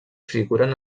figuren